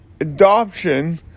adoption